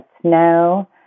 snow